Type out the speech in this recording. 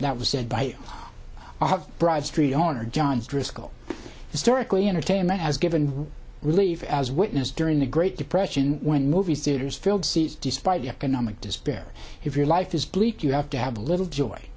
that was said by broad street owner johns driscoll historically entertainment has given relief as witnessed during the great depression when movie theaters filled seats despite economic despair if your life is bleak you have to have a little joy